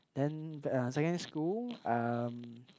then uh secondary school um